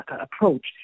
approach